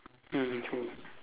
mm